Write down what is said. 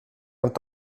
und